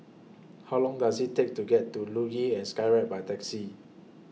How Long Does IT Take to get to Luge and Skyride By Taxi